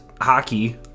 Hockey